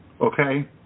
Okay